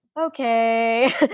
Okay